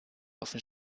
offen